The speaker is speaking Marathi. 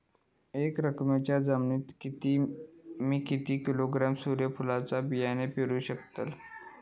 एक एकरच्या जमिनीत मी किती किलोग्रॅम सूर्यफुलचा बियाणा पेरु शकतय?